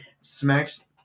smacks